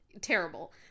terrible